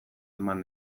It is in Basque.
eman